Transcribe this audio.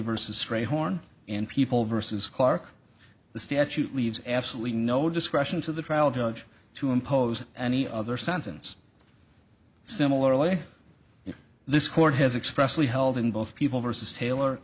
versus straight horn in people versus clarke the statute leaves absolutely no discretion to the trial judge to impose any other sentence similarly this court has expressly held in both people versus taylor